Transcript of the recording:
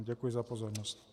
Děkuji za pozornost.